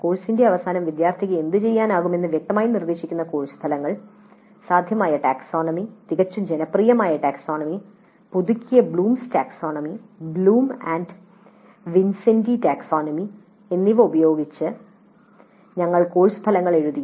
കോഴ്സിന്റെ അവസാനം വിദ്യാർത്ഥിക്ക് എന്തുചെയ്യാനാകുമെന്ന് വ്യക്തമായി നിർദ്ദേശിക്കുന്ന കോഴ്സ് ഫലങ്ങൾ സാധ്യമായ ടാക്സോണമി തികച്ചും ജനപ്രിയമായ ടാക്സോണമി "പുതുക്കിയ ബ്ലൂംസ് ടാക്സോണമി" "ബ്ലൂം ആൻഡേഴ്സൺ വിൻസെന്റി ടാക്സോണമി" എന്നിവ ഉപയോഗിച്ച് ഞങ്ങൾ കോഴ്സ് ഫലങ്ങൾ എഴുതി